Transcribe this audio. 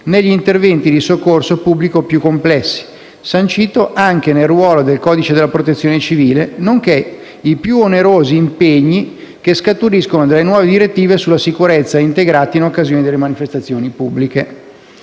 negli interventi di soccorso pubblico più complessi, sancito anche nel nuovo codice della Protezione civile, nonché i più onerosi impegni che scaturiscono dalle nuove direttive sulla sicurezza integrata in occasione delle manifestazioni pubbliche.